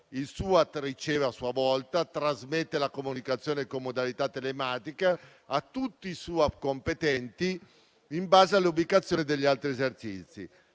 Il SUAP riceve a sua volta e trasmette la comunicazione con modalità telematica a tutti i SUAP competenti in base all'ubicazione degli altri esercizi.